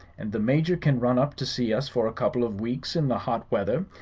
and the major can run up to see us for a couple of weeks in the hot weather,